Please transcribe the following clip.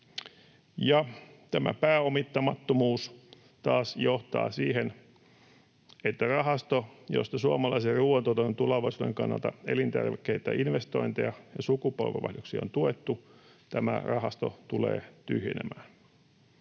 Tämä pääomittamattomuus taas johtaa siihen, että tämä rahasto, josta suomalaisen ruoantuotannon tulevaisuuden kannalta elintärkeitä investointeja ja sukupolvenvaihdoksia on tuettu, tulee tyhjenemään.